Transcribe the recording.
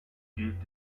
gilt